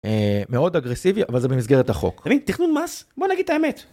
אה... מאוד אגרסיבי, אבל זה במסגרת החוק, תכנון מס, בוא נגיד את האמת.